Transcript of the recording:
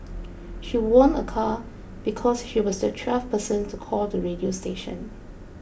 she won a car because she was the twelfth person to call the radio station